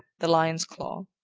the lion's claw,